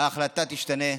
ההחלטה תשתנה.